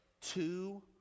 Two